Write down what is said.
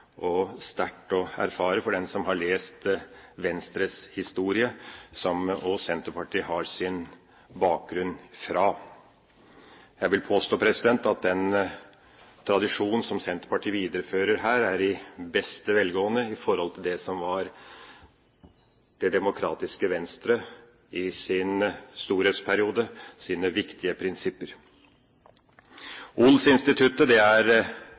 og sterkt å erfare for den som har lest Venstres historie, som også Senterpartiet har sin bakgrunn fra. Jeg vil påstå at den tradisjonen som Senterpartiet viderefører her, lever i beste velgående i forhold til det som var det demokratiske Venstres viktige prinsipper i partiets storhetsperiode. Odelsinstituttet er, som flere har vært inne på, vern mot kapitalkreftene. Det er